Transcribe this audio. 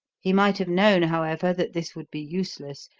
he might have known, however, that this would be useless,